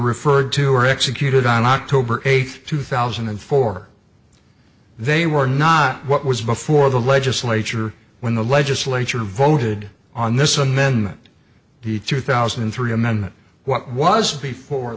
referred to were executed on october eighth two thousand and four they were not what was before the legislature when the legislature voted on this amendment the two thousand and three amendment what was before